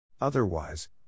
Otherwise